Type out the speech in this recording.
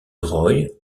roy